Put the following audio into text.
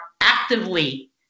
actively